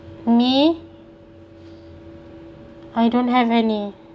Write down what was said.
me I don't have any